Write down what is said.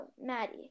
Maddie